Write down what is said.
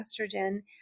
estrogen